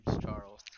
Charles